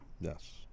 Yes